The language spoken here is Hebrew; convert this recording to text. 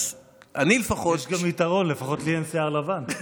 יש גם יתרון, לפחות לי אין שיער לבן.